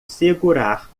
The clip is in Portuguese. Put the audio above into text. segurar